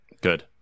good